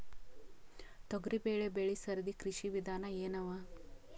ತೊಗರಿಬೇಳೆ ಬೆಳಿ ಸರದಿ ಕೃಷಿ ವಿಧಾನ ಎನವ?